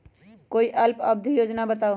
कोई अल्प अवधि योजना बताऊ?